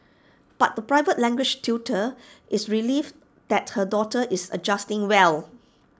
but the private language tutor is relieved that her daughter is adjusting well